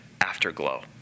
Afterglow